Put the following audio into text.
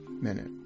Minute